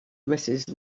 mrs